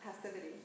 passivity